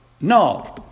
No